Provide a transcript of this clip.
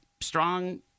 strong